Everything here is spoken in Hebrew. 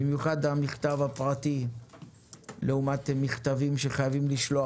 במיוחד המכתב הפרטי לעומת מכתבים שחייבים לשלוח,